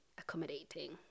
accommodating